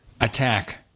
attack